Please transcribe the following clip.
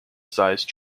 sized